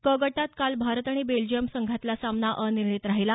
क गटात काल भारत आणि बेल्जियम संघातला सामना अनिर्णित राहिला